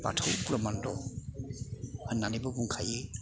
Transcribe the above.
बाथौ ब्रह्मन्द' होननानैबो बुंखायो